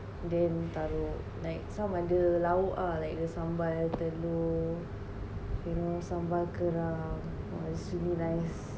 then taruk like some other lauk ah like the sambal telur you know sambal kerang !wah! it's really nice